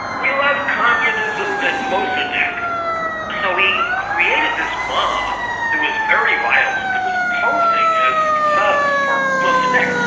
we love communism and mossadeq. so he created this mob that was very violent, that was posing as thugs for mossadeq.